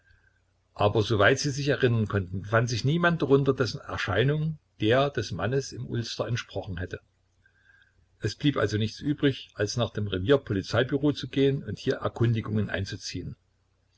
aber soweit sie sich erinnern konnten befand sich niemand darunter dessen erscheinung der des mannes im ulster entsprochen hätte es blieb also nichts übrig als nach dem revier polizeibüro zu gehen und hier erkundigungen einzuziehen